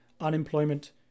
unemployment